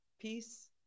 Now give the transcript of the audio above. Peace